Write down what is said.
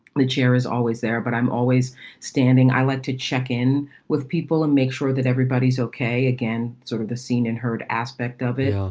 the chair is always there, but i'm always standing. i like to check in with people and make sure that everybody's ok again, sort of the seen and heard aspect of it all.